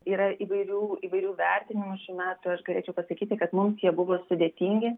yra įvairių įvairių vertinimų šių metų aš galėčiau pasakyti kad mums jie buvo sudėtingi